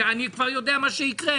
אני יודע מה יקרה